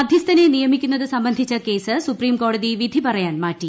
മധ്യസ്ഥനെ നിയമിക്കുന്നത് സംബന്ധിച്ച കേസ് സുപ്രീംകോടതി വിധി പറയാൻ മാറ്റി